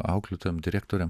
auklėtojom direktoriam